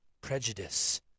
prejudice